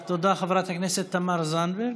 תודה, חברת הכנסת תמר זנדברג.